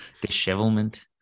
Dishevelment